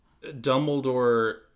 Dumbledore